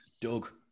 Doug